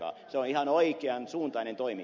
se on ihan oikean suuntainen toimi